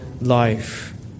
life